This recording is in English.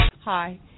Hi